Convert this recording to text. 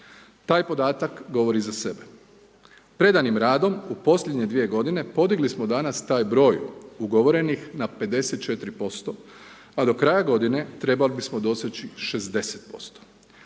Taj podatak govori za sebe. Predanim radom u posljednje 2 godine podigli smo danas taj broj ugovorenih na 54% a do kraja godine trebali bismo doseći 60%.